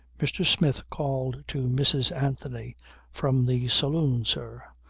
mr. smith called to mrs. anthony from the saloon, sir.